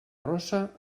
rossa